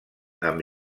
amb